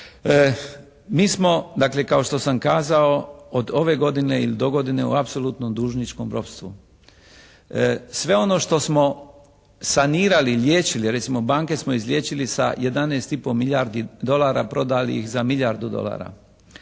Mi smo dakle kao što sam kazao od ove godine ili dogodine u apsolutnom dužničkom ropstvu. Sve ono što smo sanirali, liječili, recimo banke smo izliječili sa 11 i pol milijardi dolara, prodali ih za milijardu dolara.